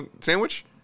Sandwich